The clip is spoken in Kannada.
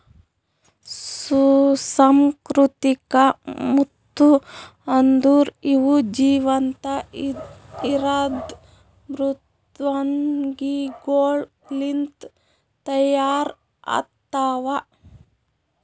ಸುಸಂಸ್ಕೃತಿಕ ಮುತ್ತು ಅಂದುರ್ ಇವು ಜೀವಂತ ಇರದ್ ಮೃದ್ವಂಗಿಗೊಳ್ ಲಿಂತ್ ತೈಯಾರ್ ಆತ್ತವ